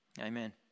Amen